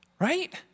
Right